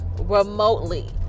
remotely